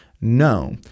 no